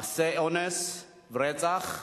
מעשי אונס ורצח,